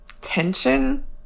tension